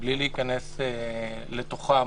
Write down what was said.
מבלי להיכנס לתוכם,